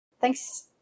Thanks